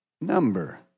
number